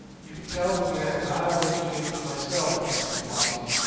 you can tell the man that i will exchange myself against flossie,